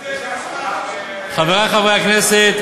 חברי חברי הכנסת,